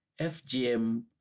FGM